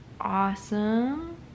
Awesome